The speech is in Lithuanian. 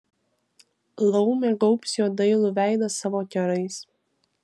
laumė gaubs jo dailų veidą savo kerais